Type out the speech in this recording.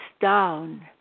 down